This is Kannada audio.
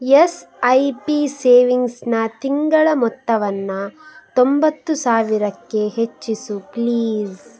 ಎಸ್ ಐ ಪಿ ಸೇವಿಂಗ್ಸ್ನ ತಿಂಗಳ ಮೊತ್ತವನ್ನ ತೊಂಬತ್ತು ಸಾವಿರಕ್ಕೆ ಹೆಚ್ಚಿಸು ಪ್ಲೀಸ್